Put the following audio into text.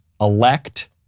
elect